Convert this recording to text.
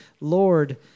Lord